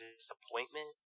Disappointment